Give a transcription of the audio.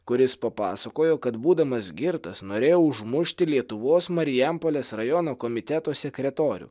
kuris papasakojo kad būdamas girtas norėjo užmušti lietuvos marijampolės rajono komiteto sekretorių